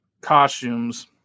costumes